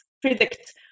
predict